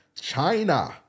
China